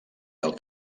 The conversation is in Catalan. del